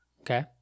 Okay